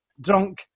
drunk